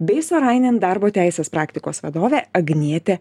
bei sorainen darbo teisės praktikos vadovė agnietė